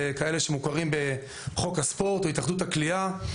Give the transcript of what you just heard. וכאלה שהם מוכרים בחוק הספורט או התאחדות הקליעה,